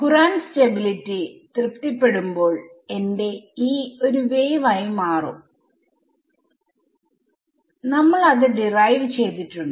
current stability തൃപ്തിപ്പെടുമ്പോൾ എന്റെ E ഒരു വേവ് ആയി മാറും നമ്മൾ അത് ഡിറൈവ് ചെയ്തിട്ടുണ്ട്